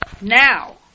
now